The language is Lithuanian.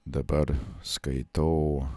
dabar skaitau